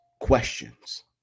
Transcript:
questions